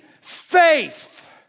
Faith